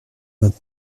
vingt